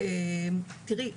תראי,